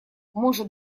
может